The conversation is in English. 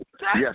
Yes